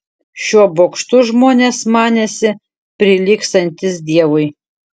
šiuo bokštu žmonės manėsi prilygstantys dievui